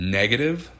negative